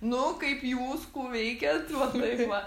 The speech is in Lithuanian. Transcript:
nu kaip jūs kų veikiat va taip va